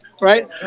right